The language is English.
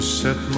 set